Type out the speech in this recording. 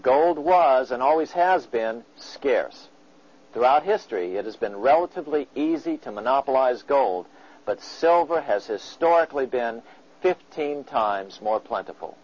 gold was and always has been scarce throughout history it has been relatively easy to monopolize gold but silva has historically been fifteen times more plent